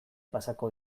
pasako